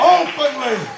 openly